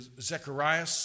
Zechariah